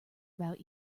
about